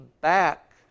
back